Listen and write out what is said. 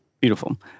Beautiful